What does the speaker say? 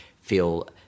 feel